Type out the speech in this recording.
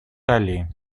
allés